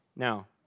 Now